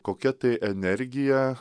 kokia tai energija